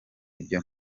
ibyo